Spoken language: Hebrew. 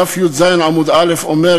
דף י"ז עמ' א',